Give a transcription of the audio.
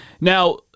Now